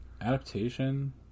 Adaptation